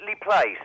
placed